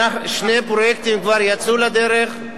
שני פרויקטים כבר יצאו לדרך,